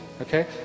okay